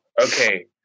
Okay